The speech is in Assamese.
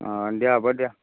অঁ দিয়া হ'ব দিয়া